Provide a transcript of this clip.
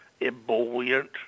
ebullient